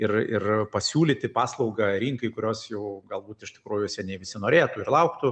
ir ir pasiūlyti paslaugą rinkai kurios jau galbūt iš tikrųjų seniai visi norėtų ir lauktų